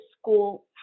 school